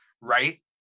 right